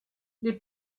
les